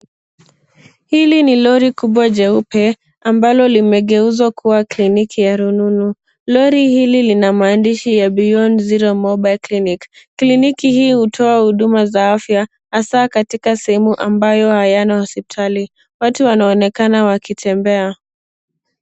Hili ni lori kubwa jeupe ambalo limegeuzwa kuwa kliniki ya rununu lori hili lina maandishi ya beyond zero mobile clinic kliniki hii hutoa huduma za afya hasa katika sehemu ambayo hayana hospitali watu wanaonekana wakitembea.